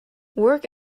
work